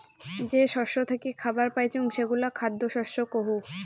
যে শস্য থাকি খাবার পাইচুঙ সেগুলা খ্যাদ্য শস্য কহু